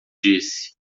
disse